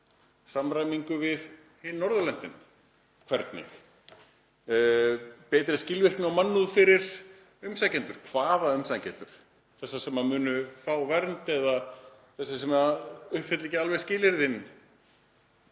Samræmingu við hin Norðurlöndin. Hvernig? Betri skilvirkni og mannúð fyrir umsækjendur. Hvaða umsækjendur? Þessa sem munu fá vernd eða þessa sem uppfylla ekki skilyrðin?